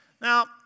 Now